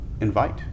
invite